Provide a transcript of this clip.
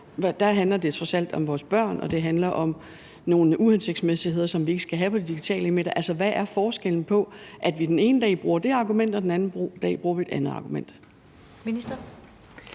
Der handler det trods alt om vores børn, og det handler om nogle uhensigtsmæssigheder, som vi ikke skal have på de digitale medier. Altså, hvad er forskellen, når vi den ene dag bruger det argument, og den anden dag bruger vi et andet argument? Kl.